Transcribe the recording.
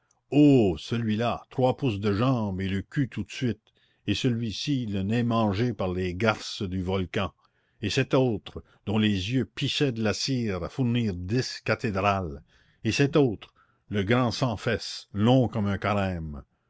oh celui-là trois pouces de jambes et le cul tout de suite et celui-ci le nez mangé par les garces du volcan et cet autre dont les yeux pissaient de la cire à fournir dix cathédrales et cet autre le grand sans fesses long comme un carême